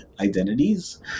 identities